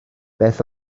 beth